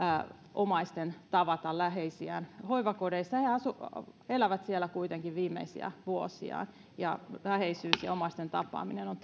omaisten tavata läheisiään hoivakodeissa he elävät siellä kuitenkin viimeisiä vuosiaan ja läheisyys ja omaisten tapaaminen on